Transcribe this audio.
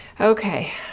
Okay